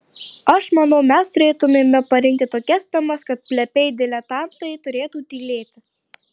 aš manau mes turėtumėme parinkti tokias temas kad plepiai diletantai turėtų tylėti